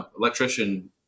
electrician